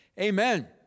Amen